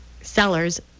sellers